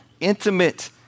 intimate